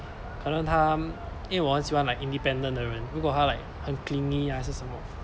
可能她因为我很喜欢 like independent 的人如果她 like 很 clingy 还是什么